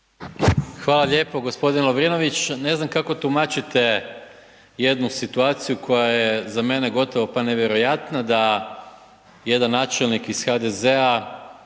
Hvala lijepo. Gospodine Lovrinović, ne znam kako tumačite, jednu situaciju, koja je za mene gotovo pa nevjerojatna da jedan načelnik iz HDZ-a